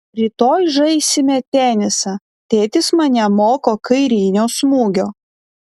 rytoj žaisime tenisą tėtis mane moko kairinio smūgio